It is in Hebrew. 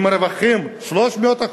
אם הרווחים 300%,